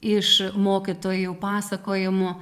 iš mokytojų pasakojimų